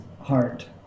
heart